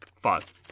Five